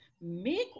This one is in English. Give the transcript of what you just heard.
make